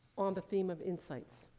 on the theme of insights.